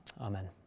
Amen